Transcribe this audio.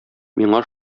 миңа